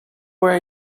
were